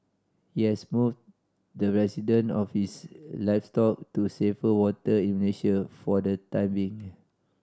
he has moved the resident of his livestock to safer water in Malaysia for the time being